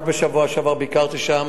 רק בשבוע שעבר ביקרתי שם.